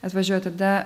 atvažiuoja tada